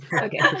okay